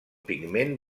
pigment